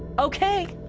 okay,